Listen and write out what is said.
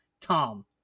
Tom